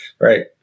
Right